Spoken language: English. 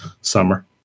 summer